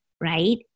right